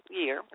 year